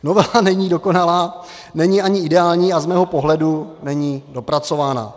Novela není dokonalá, není ani ideální a z mého pohledu není dopracovaná.